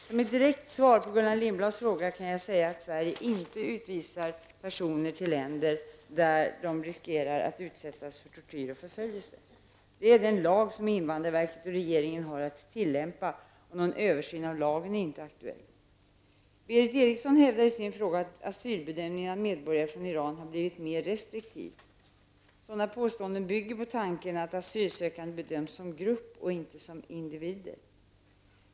Som ett direkt svar på Gullan Lindblads fråga kan jag säga att Sverige inte utvisar personer till länder där de riskerar att utsättas för tortyr och förföljelse. Detta är den lag som invandrarverket och regeringen har att tillämpa, och någon översyn av lagen är inte aktuell. Berith Eriksson hävdar i sin fråga att asylbedömningen av medborgare från Iran har blivit mer restriktiv. Sådana påståenden bygger på tanken att asylsökande bedöms som grupp och inte som individer.